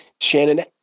shannon